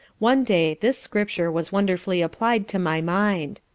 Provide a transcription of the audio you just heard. one day this scripture was wonderfully apply'd to my mind,